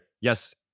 yes